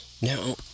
Now